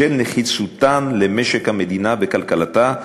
בשל נחיצותן למשק המדינה ולכלכלתה,